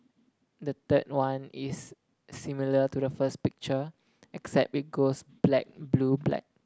the third one is similar to the first picture except it goes black blue black